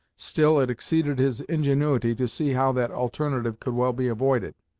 still it exceeded his ingenuity to see how that alternative could well be avoided.